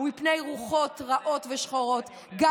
לא